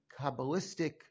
Kabbalistic